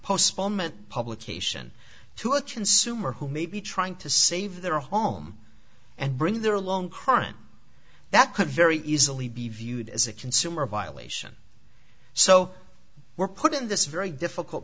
postponement publication to a consumer who may be trying to save their home and bring their long current that could very easily be viewed as a consumer violation so we're put in this very difficult